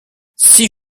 six